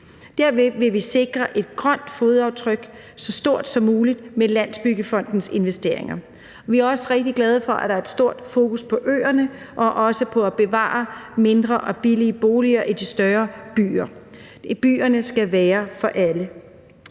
Derved vil vi sikre et grønt fodaftryk, der er så stort som muligt, i forbindelse med Landsbyggefondens investeringer. Vi er også rigtig glade for, at der er stort fokus på øerne og også på at bevare mindre og billige boliger i de større byer. Byerne skal være for alle.